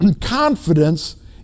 Confidence